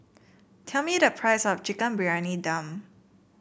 tell me the price of Chicken Briyani Dum